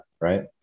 right